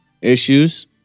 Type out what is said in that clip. issues